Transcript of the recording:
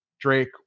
Drake